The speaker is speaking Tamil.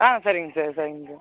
ஆ சரிங்க சார் சரிங்க சார்